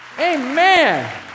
Amen